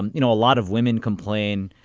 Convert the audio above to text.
and you know, a lot of women complain.